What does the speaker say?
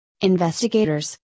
Investigators